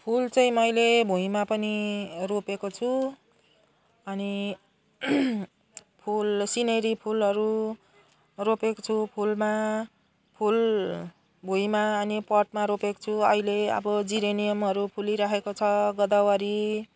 फुल चाहिँ मैले भुईँमा पनि रोपेको छु अनि फुल सिनेरी फुलहरू रोपेको छु फुलमा फुल भुईँमा अनि पटमा रोपेको छु अहिले अब जिरेनियमहरू फुलिरहेको छ गोदावरी